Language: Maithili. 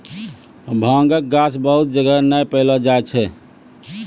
भांगक गाछ बहुत जगह नै पैलो जाय छै